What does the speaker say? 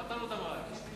פתרנו את הבעיה.